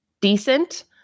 decent